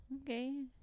Okay